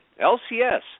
LCS